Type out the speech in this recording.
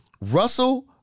russell